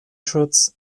shirts